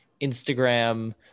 instagram